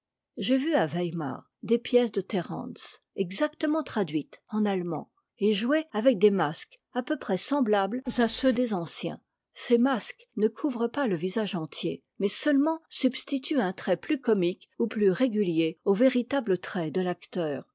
j'ai vu à weimar des pièces de térence exactement traduites en allemand et jouées avec des masques à peu près semblables à ceux des anciens ces masques ne couvrent pas le visage entier mais seulement substituent un trait plus comique ou plus régulier aux véritables traits de l'acteur